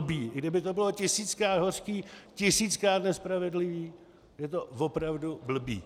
I kdyby to bylo tisíckrát hořký, tisíckrát nespravedlivý, je to opravdu blbý.